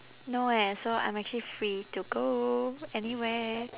no eh so I'm actually free to go anywhere